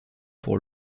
pour